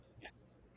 yes